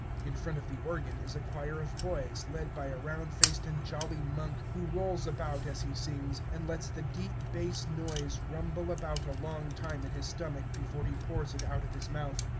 in front of the organ is a choir of boys, led by a round-faced and jolly monk, who rolls about as he sings, and lets the deep bass noise rumble about a long time in his stomach before he pours it out of his mouth.